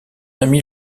ami